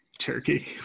Turkey